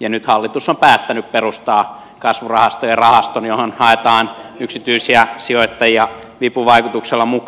ja nyt hallitus on päättänyt perustaa kasvurahastojen rahaston johon haetaan yksityisiä sijoittajia vipuvaikutuksella mukaan